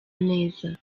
neza